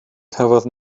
cafodd